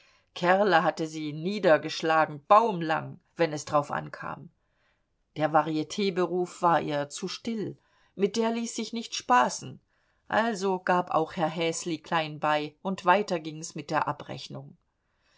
kerle hatte sie niedergeschlagen baumslang wenn es drauf ankam der varietberuf war ihr zu still mit der ließ sich nicht spaßen also gab auch herr häsli klein bei und weiter ging's mit der abrechnung